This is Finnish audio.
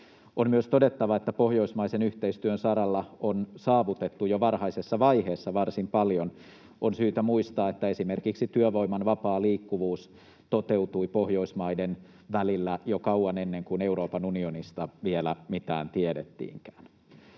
On myös todettava, että pohjoismaisen yhteistyön saralla on saavutettu jo varhaisessa vaiheessa varsin paljon. On syytä muistaa, että esimerkiksi työvoiman vapaa liikkuvuus toteutui Pohjoismaiden välillä jo kauan ennen kuin Euroopan unionista vielä mitään tiedettiinkään.